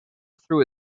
through